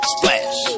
Splash